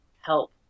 help